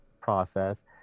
process